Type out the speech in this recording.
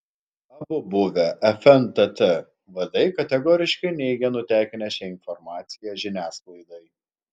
abu buvę fntt vadai kategoriškai neigia nutekinę šią informaciją žiniasklaidai